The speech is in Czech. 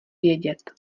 vědět